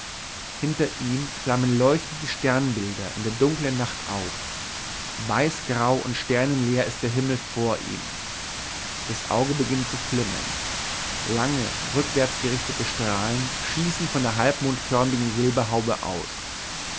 hinter ihm flammen leuchtend die sternbilder in der dunklen nacht auf weißgrau und sternenleer ist der himmel vor ihm das auge beginnt zu flimmern lange rückwärts gerichtete strahlen schießen von der halbmondförmigen silberhaube aus